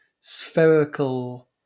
spherical